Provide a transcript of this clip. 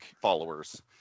followers